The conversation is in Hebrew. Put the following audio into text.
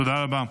תודה רבה.